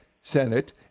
Senate